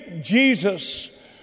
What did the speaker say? Jesus